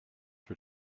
for